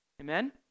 Amen